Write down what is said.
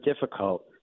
difficult